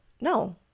No